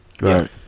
Right